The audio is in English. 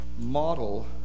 model